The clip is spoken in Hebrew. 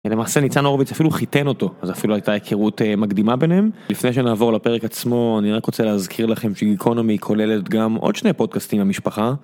למעשה ניצן הורוביץ אפילו חיתן אותו, אז אפילו הייתה היכרות מקדימה ביניהם. לפני שנעבור לפרק עצמו אני רק רוצה להזכיר לכם שגיקונומי כוללת גם עוד שני פודקאסטים המשפחה.